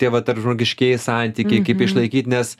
tie va tarp žmogiškieji santykiai kaip išlaikyt nes